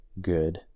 good